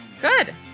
Good